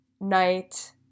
night